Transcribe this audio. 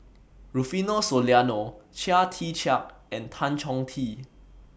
Rufino Soliano Chia Tee Chiak and Tan Chong Tee